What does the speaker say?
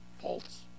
false